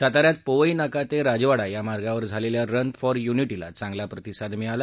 साता यात पोवई नाका ते राजवाडा या मार्गावर झालेल्या रन फॉर युनिटीला चांगला प्रतिसाद मिळाला